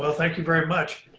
ah thank you very much.